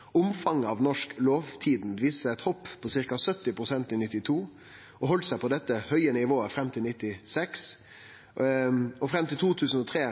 Omfanget av Norsk Lovtidend viser eit hopp på ca. 70 pst. i 1992, og det held seg på dette høge nivået fram til 1996. Fram til 2003